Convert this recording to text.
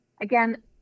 Again